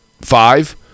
five